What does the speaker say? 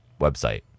website